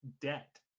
debt